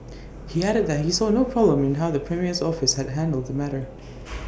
he added that he saw no problem in how the premier's office had handled the matter